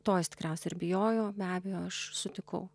to jis tikriausiai ir bijojo be abejo aš sutikau